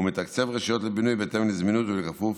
ומתקצב רשויות לבינוי בהתאם לזמינות ובכפוף